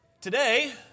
today